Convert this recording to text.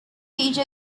page